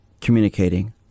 communicating